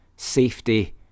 safety